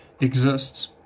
exists